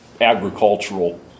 agricultural